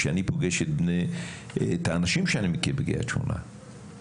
כשאני פוגש את האנשים שאני מכיר בקריית שמונה,